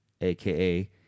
aka